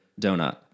donut